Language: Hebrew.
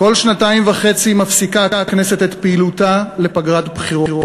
כל שנתיים וחצי הכנסת מפסיקה את פעילותה לפגרת בחירות,